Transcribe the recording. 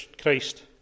Christ